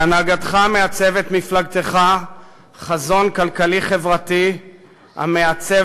בהנהגתך מעצבת מפלגתך חזון כלכלי-חברתי המעצב